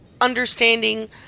understanding